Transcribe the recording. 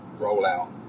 rollout